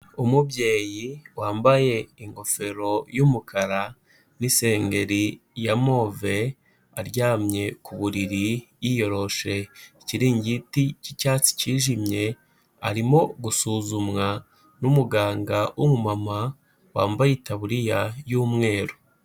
Umubyeyi wambaye ingofero y'umukara n'isengeri ya move aryamye ku buriri, yiyoroshe ikiringiti k'icyatsi kijimye arimo gusuzumwa n'umuganga w'umumama wambaye itaburiya y'umweru.